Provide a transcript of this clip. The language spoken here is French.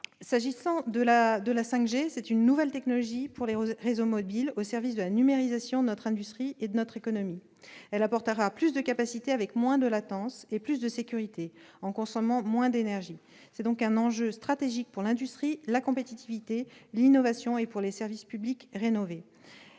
Quant à la 5G, c'est une nouvelle technologie pour les réseaux mobiles au service de la numérisation de notre industrie et de notre économie. Elle apportera plus de capacité avec moins de latence et davantage de sécurité en consommant moins d'énergie. C'est donc un enjeu stratégique pour l'industrie, la compétitivité, l'innovation et les services publics rénovés.